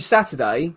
Saturday